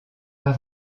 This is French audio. pas